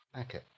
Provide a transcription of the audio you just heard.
Okay